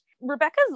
Rebecca's